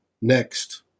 next